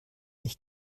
ich